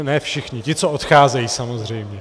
Ne všichni, ti, co odcházejí samozřejmě.